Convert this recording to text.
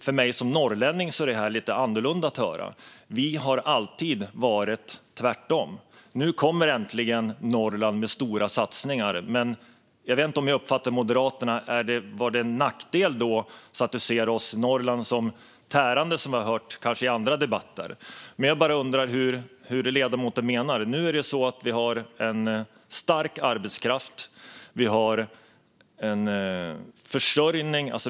För mig som norrlänning är det här lite annorlunda att höra. Vi har alltid varit tvärtom. Nu kommer äntligen Norrland med stora satsningar. Jag vet inte om jag uppfattade Moderaternas ledamot rätt - var detta en nackdel? Ser Lotta Olsson Norrland som tärande, som jag hört i andra debatter? Jag undrar hur ledamoten menar. Nu har vi en stark arbetskraft. Vi har försörjning.